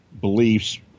beliefs